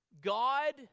God